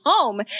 Home